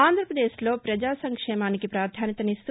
ఆంధ్రప్రదేశ్లో ప్రజా సంక్షేమానికి పాధాన్యతనమిస్తూ